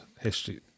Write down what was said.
history